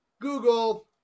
Google